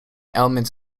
elements